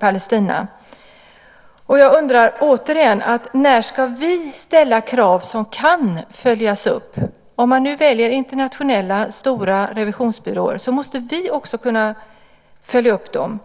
Palestina. Jag undrar återigen: När ska vi ställa krav som kan följas upp? Om man nu väljer internationella stora revisionsbyråer så måste vi också kunna följa upp dem.